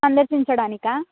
సందర్శించడానికి